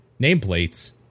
nameplates